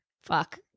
fuck